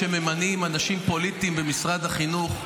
שממנים אנשים פוליטיים במשרד החינוך.